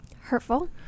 Hurtful